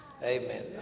Amen